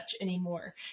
anymore